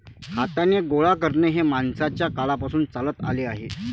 हाताने गोळा करणे हे माणसाच्या काळापासून चालत आले आहे